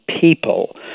people